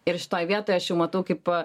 ir šitoj vietoje aš matau kaip